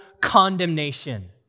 condemnation